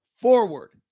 forward